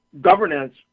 governance